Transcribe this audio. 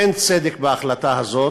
אין צדק בהחלטה הזאת.